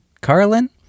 Carlin